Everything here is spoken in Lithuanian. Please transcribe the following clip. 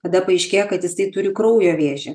kada paaiškėja kad jisai turi kraujo vėžį